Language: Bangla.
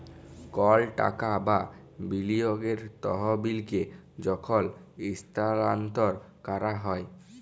কল টাকা বা বিলিয়গের তহবিলকে যখল ইস্থালাল্তর ক্যরা হ্যয়